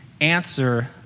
answer